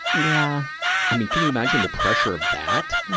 yeah i mean, can you imagine the pressure of that?